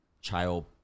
child